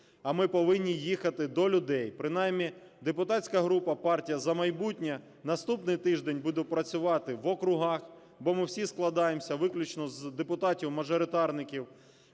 а ми повинні їхати до людей. Принаймні депутатська група "Партія "За майбутнє" наступний тиждень буде працювати в округах, бо ми всі складаємося виключно з депутатів-мажоритарників.